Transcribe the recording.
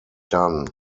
done